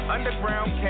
Underground